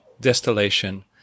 distillation